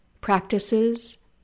practices